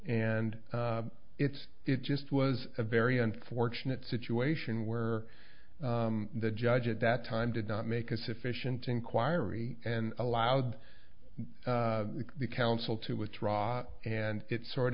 and it's it just was a very unfortunate situation where the judge at that time did not make a sufficient inquiry and allowed the council to withdraw and it sort